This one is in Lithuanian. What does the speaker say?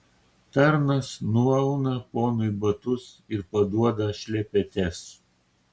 tarnas nuauna ponui batus ir paduoda šlepetes